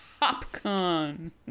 popcorn